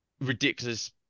ridiculous